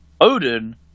Odin